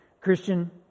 Christian